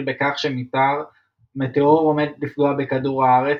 בכך שמטאור עומד לפגוע בכדור הארץ,